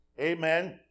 Amen